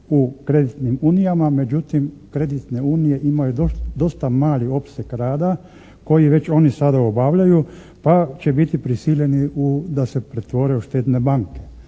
u kreditnim unijama, međutim kreditne unije imaju dosta mali opseg rada koji već oni sada obavljaju pa će biti prisiljeni da se pretvore u štedne banke.